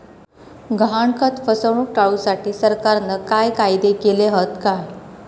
गहाणखत फसवणूक टाळुसाठी सरकारना काय कायदे केले हत काय?